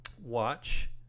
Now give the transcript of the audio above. watch